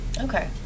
okay